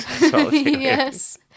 Yes